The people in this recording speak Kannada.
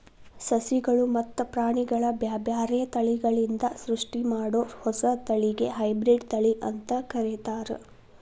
ಸಸಿಗಳು ಮತ್ತ ಪ್ರಾಣಿಗಳ ಬ್ಯಾರ್ಬ್ಯಾರೇ ತಳಿಗಳಿಂದ ಸೃಷ್ಟಿಮಾಡೋ ಹೊಸ ತಳಿಗೆ ಹೈಬ್ರಿಡ್ ತಳಿ ಅಂತ ಕರೇತಾರ